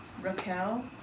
Raquel